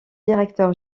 directeur